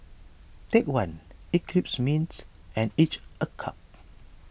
Take one Eclipse Mints and Each a cup